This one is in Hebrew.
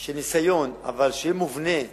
של ניסיון, אבל שיהיה מובנה